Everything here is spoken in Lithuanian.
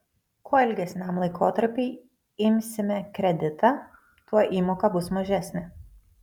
kuo ilgesniam laikotarpiui imsime kreditą tuo įmoka bus mažesnė